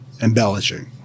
embellishing